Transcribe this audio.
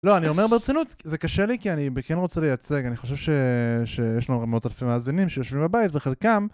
לא, אני אומר ברצינות, זה קשה לי, כי אני בכן רוצה לייצג, אני חושב שיש לנו מאות אלפים מאזינים שיושבים בבית, וחלקם...